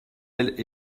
elle